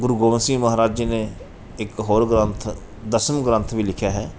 ਗੁਰੂ ਗੋਬਿੰਦ ਸਿੰਘ ਮਹਾਰਾਜ ਜੀ ਨੇ ਇੱਕ ਹੋਰ ਗ੍ਰੰਥ ਦਸਮ ਗ੍ਰੰਥ ਵੀ ਲਿਖਿਆ ਹੈ